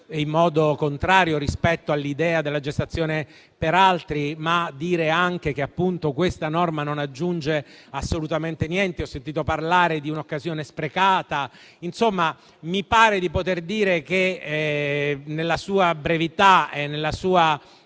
in modo contrario rispetto all'idea della gestazione per altri, ma dire anche che questa norma non aggiunge assolutamente niente; ho sentito parlare di un'occasione sprecata. Insomma, mi pare di poter dire che nella sua brevità e nella sua